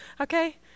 Okay